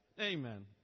Amen